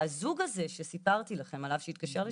הזוג הזה, שסיפרתי לכם עליו, שהתקשר לשידור,